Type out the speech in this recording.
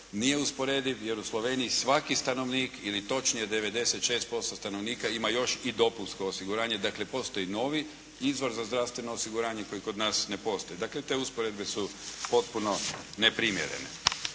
nije usporediv jer u Sloveniji stanovnik ili točnije 96% stanovnika ima još i dopunsko osiguranje, dakle postoji novi izvor za zdravstveno osiguranje koji kod nas ne postoji. Dakle te usporedbe su potpuno neprimjerene.